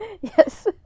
yes